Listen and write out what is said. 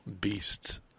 beasts